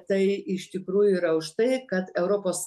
tai iš tikrųjų yra už tai kad europos